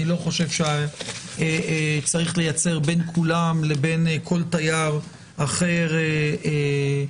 לא חושב שצריך לייצר בין כולם לבין כל תייר אחר הבחנה.